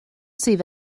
sydd